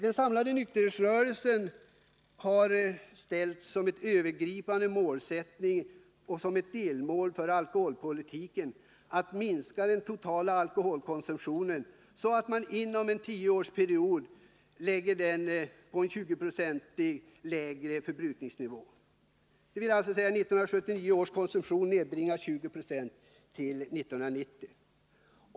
Den samlade nykterhetsrörelsen har ställt som en övergripande målsättning och som ett delmål för alkoholpolitiken att minska den totala alkoholkonsumtionen så att man inom en tioårsperiod får en 20 96 lägre förbrukningsnivå, dvs. att 1979 års konsumtion nedbringas med 20 96 till 1990.